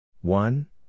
One